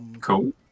Cool